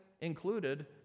included